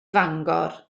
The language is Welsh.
fangor